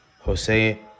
Jose